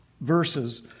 verses